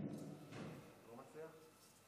גברתי היושבת-ראש,